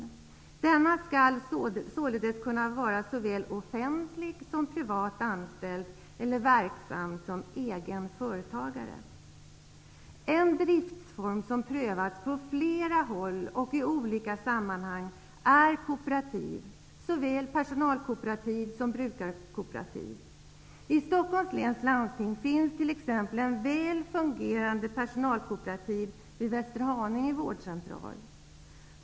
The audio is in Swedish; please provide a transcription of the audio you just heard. Husläkaren skall således kunna vara såväl offentligt som privat anställd eller verksam som egen företagare. En driftsform som prövats på flera håll och i olika sammanhang är kooperativ -- såväl personalkooperativ som brukarkooperativ. I Stockholms läns landsting finns t.ex. ett väl fungerande personalkooperativ vid Västerhaninge vårdcentral.